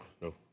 no